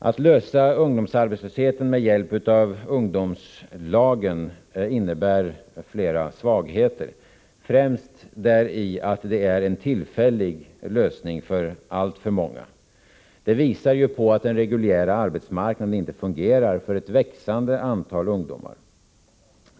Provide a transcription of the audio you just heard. Att klara ungdomsarbetslösheten med hjälp av ungdomslagen innebär flera svagheter, främst däri att det är en tillfällig lösning för alltför många. Det visar att den reguljära arbetsmarknaden inte fungerar för ett växande antal ungdomar.